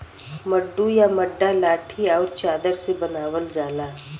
मड्डू या मड्डा लाठी आउर चादर से बनावल जाला